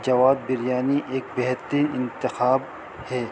جواد بریانی ایک بہترین انتخاب ہے